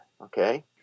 okay